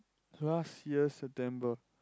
last year September